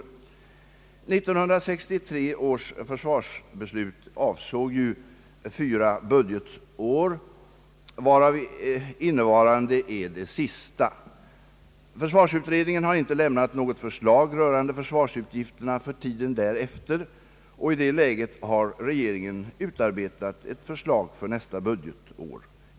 1963 års försvarsbeslut avsåg fyra budgetår, varav det innevarande är det sista. Försvarsutredningen har inte lämnat något förslag rörande försvarsutgifterna för tiden därefter. I det läget har regeringen utarbetat ett förslag för nästa budgetår.